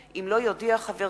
אם לא יודיע חבר